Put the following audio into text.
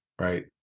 right